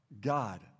God